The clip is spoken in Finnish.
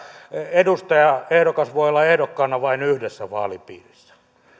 edustajaehdokas voi olla ehdokkaana vain yhdessä vaalipiirissä